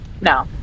No